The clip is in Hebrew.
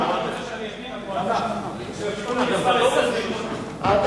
28. אני מבקש.